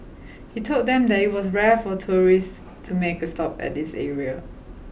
he told them that it was rare for tourists to make a stop at this area